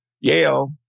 Yale